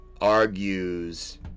argues